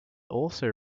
also